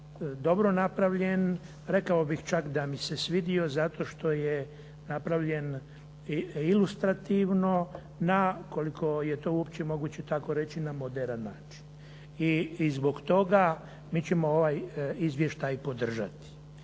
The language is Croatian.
dobro napravljen, rekao bih čak da mi se svidio zato što je napravljen ilustrativno na, koliko je to uopće moguće tako reći, na moderan način i zbog toga mi ćemo ovaj izvještaj podržati.